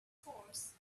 horse